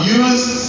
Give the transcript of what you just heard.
use